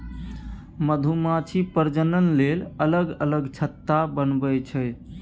मधुमाछी प्रजनन लेल अलग अलग छत्ता बनबै छै